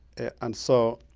and so